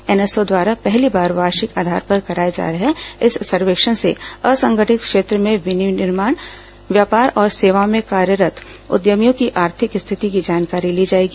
NSO द्वारा पहली बार वार्षिक आधार पर कराए जा रहे इस सर्वेक्षण से असंगठित क्षेत्र में विनिर्माण व्यापार और सेवाओं में कार्यरत उद्यमियों की आर्थिक स्थिति की जानकारी ली जाएगी